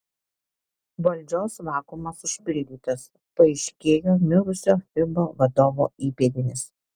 valdžios vakuumas užpildytas paaiškėjo mirusio fiba vadovo įpėdinis